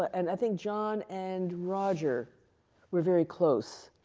and i think john and roger were very close.